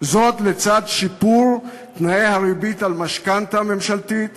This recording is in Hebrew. לצד שיפור תנאי הריבית על משכנתה ממשלתית